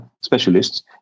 specialists